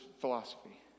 philosophy